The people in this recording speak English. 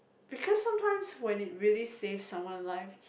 because sometimes when it really saves someone life